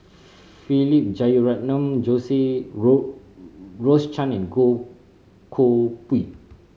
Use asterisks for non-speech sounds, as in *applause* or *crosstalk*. Philip Jeyaretnam *unintelligible* Rose Rose Chan and Goh Koh Pui